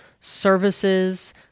services